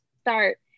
start